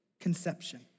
conception